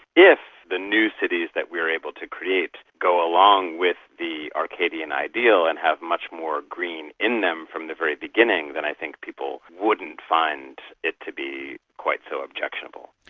if the new cities that we were able to create go along with the arcadian ideal and have much more green in them from the very beginning, then i think people wouldn't find it to be quite so objectionable.